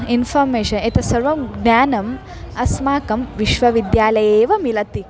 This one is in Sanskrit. इन्फ़र्मेषन् एतत् सर्वं ज्ञानम् अस्माकं विश्वविद्यालयैव मिलति